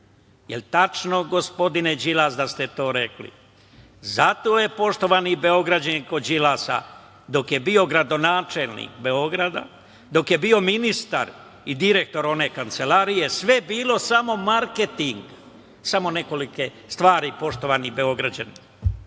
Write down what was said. tačno, gospodine Đilas, da ste to rekli? Zato je, poštovani Beograđani, kod Đilasa dok je bio gradonačelnik Beograda, dok je bio ministar i direktor one kancelarije sve bilo samo marketing, samo nekoliko stvari. Poštovani Beograđani,